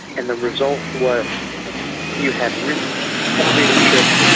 and the result was you had really poor leadership,